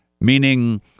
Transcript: meaning